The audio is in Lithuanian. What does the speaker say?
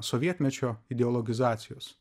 sovietmečio ideologizacijos